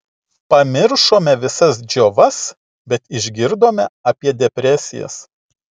pamiršome visas džiovas bet išgirdome apie depresijas